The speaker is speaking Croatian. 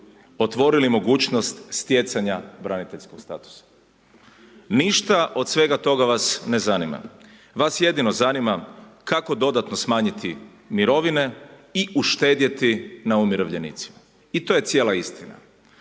otvorili mogućnost stjecanja braniteljskog statusa. Ništa od svega toga vas ne zanima. Vas jedino zanima kako dodatno smanjiti mirovine i uštedjeti na umirovljenicima. I to je cijela istina.